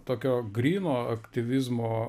tokio gryno aktyvizmo